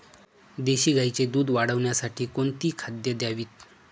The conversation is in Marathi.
देशी गाईचे दूध वाढवण्यासाठी कोणती खाद्ये द्यावीत?